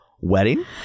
wedding